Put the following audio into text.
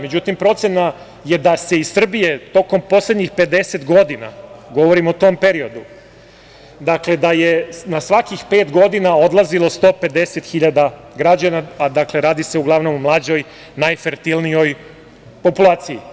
Međutim, procena je da se iz Srbije tokom poslednjih pedeset godina, govorim o tom periodu, dakle, da je na svakih pet godina odlazilo 150 hiljada građana, a radi se uglavnom o mlađoj populaciji.